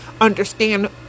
understand